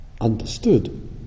understood